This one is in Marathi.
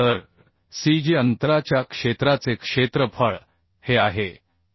तर cgअंतराच्या क्षेत्राचे क्षेत्रफळ हे आहे आणि